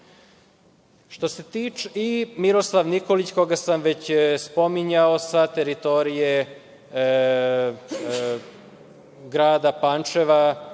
suda. I Miroslav Nikolić, koga sam već spominjao, sa teritorije grada Pančeva,